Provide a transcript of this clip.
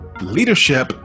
Leadership